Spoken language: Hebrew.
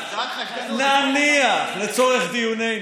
לצורך דיוננו,